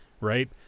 Right